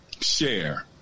share